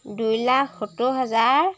দুই লাখ সত্তৰ হাজাৰ